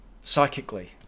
Psychically